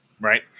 right